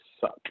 suck